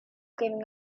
giving